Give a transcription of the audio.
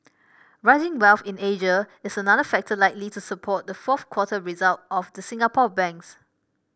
rising wealth in Asia is another factor likely to support the fourth quarter result of the Singapore banks